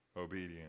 obedient